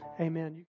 amen